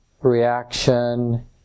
reaction